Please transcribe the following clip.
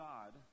God